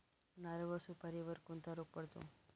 नारळ व सुपारीवर कोणता रोग पडतो?